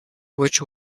witch